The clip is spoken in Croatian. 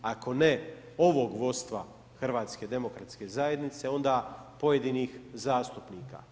Ako ne ovog vodstva HDZ-a, onda pojedinih zastupnika.